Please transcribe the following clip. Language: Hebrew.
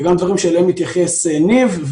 וגם דברים שאליהם התייחס ניב,